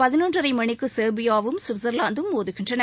பதினொன்றரை மணிக்கு செர்பியாவும் சுவிட்சர்லாந்தும் மோது கின்றன